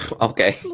Okay